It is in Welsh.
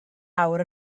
awr